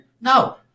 No